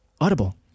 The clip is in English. Audible